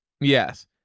Yes